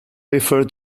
refer